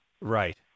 Right